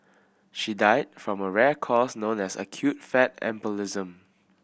she died from a rare cause known as acute fat embolism